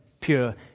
pure